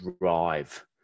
drive